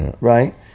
right